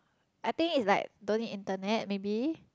I think it's like don't need internet maybe